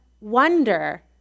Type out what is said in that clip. wonder